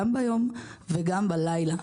גם ביום וגם בלילה.